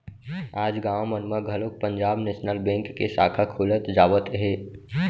आज गाँव मन म घलोक पंजाब नेसनल बेंक के साखा खुलत जावत हे